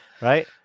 Right